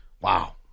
Wow